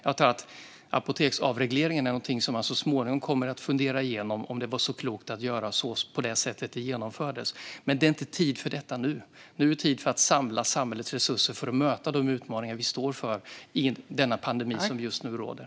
Jag antar att man så småningom kommer att fundera över om det var så klokt att genomföra apoteksavregleringen på det sätt som gjordes. Men det är inte tid för det nu. Nu är det tid att samla samhällets resurser för att möta de utmaningar vi står inför i den pandemi som just nu råder.